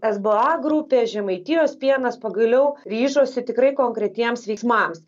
sba grupė žemaitijos pienas pagaliau ryžosi tikrai konkretiems veiksmams